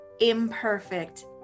imperfect